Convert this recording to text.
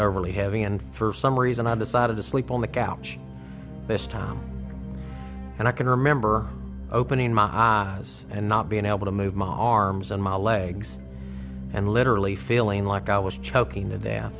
really having and for some reason i decided to sleep on the couch this time and i can remember opening my eyes and not being able to move my arms and my legs and literally feeling like i was choking to death